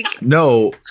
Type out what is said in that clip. No